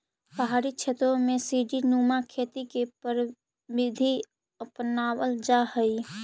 पहाड़ी क्षेत्रों में सीडी नुमा खेती की प्रविधि अपनावाल जा हई